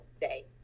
day